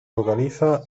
localiza